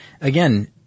again